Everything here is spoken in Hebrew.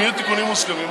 אם יהיו תיקונים מוסכמים,